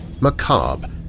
macabre